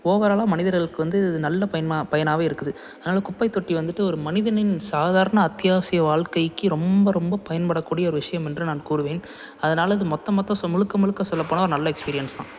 ஓவராலாக மனிதர்களுக்கு வந்து இது நல்ல பைமா பயனாக இருக்குது அதனால குப்பைத்தொட்டி வந்துட்டு ஒரு மனிதனின் சாதாரண அத்தியாவசிய வாழ்க்கைக்கு ரொம்ப ரொம்ப பயன்படக் கூடிய ஒரு விஷயம் என்று நான் கூறுவேன் அதனால அது மொத்த மொத்த ஸோ முழுக்க முழுக்க சொல்லப்போனால் ஒரு நல்ல எக்ஸ்பீரியன்ஸ் தான்